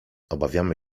obawiamy